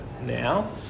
now